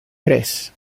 tres